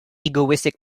egoistic